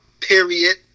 Period